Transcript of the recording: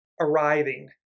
arriving